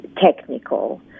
technical